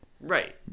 right